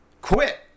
quit